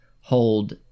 hold